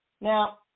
Now